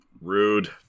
Rude